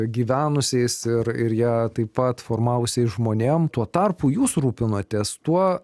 gyvenusiais ir ir jie taip pat formavusiais žmonėm tuo tarpu jūs rūpinatės tuo